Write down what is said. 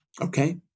Okay